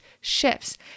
shifts